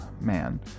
Man